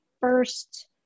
first